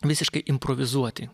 visiškai improvizuoti